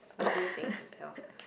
oh